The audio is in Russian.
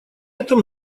этом